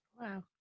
Wow